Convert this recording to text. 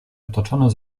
otoczone